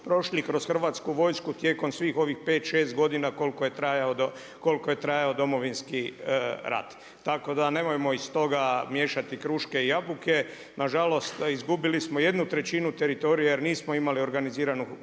prošli kroz Hrvatsku vojsku tijekom svih ovih 5, 6 godina koliko je trajao Domovinski rat. Tako da nemojmo iz toga miješati kruške i jabuke. Nažalost izgubili smo jednu trećinu teritorija jer nismo imali organiziranu